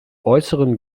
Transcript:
äußeren